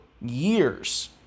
years